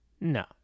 no